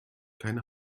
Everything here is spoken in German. keine